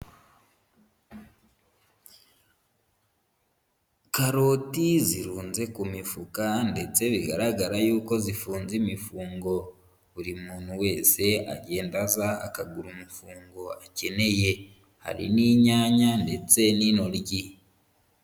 Karoti zirunze ku mifuka ndetse bigaragara yuko zifunze imifungo, buri muntu wese agenda aza akagura umufungo akeneye, hari n'inyanya ndetse n'intoryi.